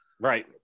Right